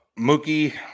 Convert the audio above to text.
Mookie